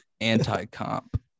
anti-comp